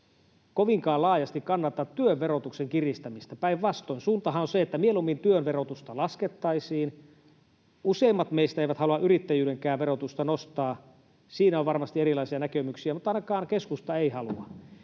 kovinkaan laajasti kannata työn verotuksen kiristämistä, päinvastoin, suuntahan on se, että mieluummin työn verotusta laskettaisiin. Useimmat meistä eivät halua yrittäjyydenkään verotusta nostaa — siinä on varmasti erilaisia näkemyksiä, mutta ainakaan keskusta ei halua